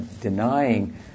denying